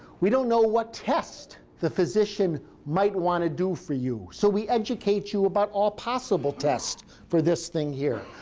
we don't know what test the physician might want to do for you, so we educate you about all possible tests for this thing here.